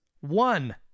one